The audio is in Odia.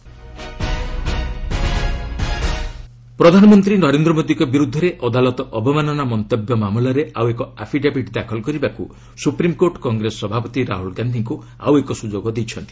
ଏସ୍ସି ରାହୁଲ ପ୍ରଧାନମନ୍ତ୍ରୀ ନରେନ୍ଦ୍ର ମୋଦିଙ୍କ ବିର୍ଦ୍ଧରେ ଅଦାଲତ ଅବମାନନା ମନ୍ତବ୍ୟ ମାମଲାରେ ଆଉ ଏକ ଆଫିଡେବିଟ୍ ଦାଖଲ କରିବାକୁ ସ୍ୱପ୍ରିମ୍କୋର୍ଟ କଂଗ୍ରେସ ସଭାପତି ରାହୁଲ ଗାନ୍ଧିଙ୍କ ଆଉ ଏକ ସ୍ରଯୋଗ ଦେଇଛନ୍ତି